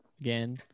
again